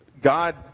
God